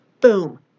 Boom